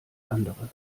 andere